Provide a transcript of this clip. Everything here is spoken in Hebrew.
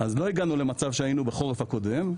אז לא הגענו למצב שהיינו בחורף הקודם,